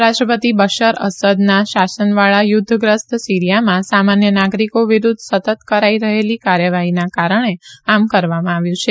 રાષ્ટ્રપતિ બશર અસદના શાસનવાળા યુદ્ધગ્રસ્ત સીરીયામાં સામાન્ય નાગરિકો વિરુદ્ધ સતત કરાઈ રહેલી કાર્યવાહીના કારણે આમ કરવામાં આવ્યું છે